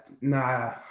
nah